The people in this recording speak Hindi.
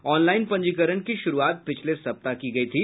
ऑनलाईन पंजीकरण की शुरूआत पिछले सप्ताह हुई थी